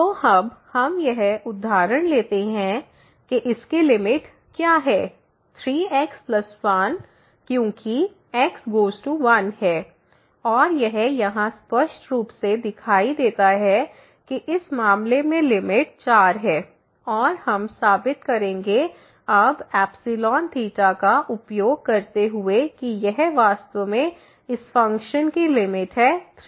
तो अब हम यह उदाहरण लेते हैं कि इसकी लिमिट क्या है 3x1 क्योंकि x गोज़ टू 1 है और यह यहां स्पष्ट रूप से दिखाई देता है कि इस मामले में लिमिट 4 है और हम साबित करेंगे अब ϵδ का उपयोग करते हुए कि यह वास्तव में इस फ़ंक्शन की लिमिट है 3x1